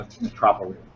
metropolis